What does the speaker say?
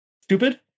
stupid